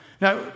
Now